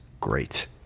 great